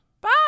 Bye